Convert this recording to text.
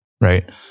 Right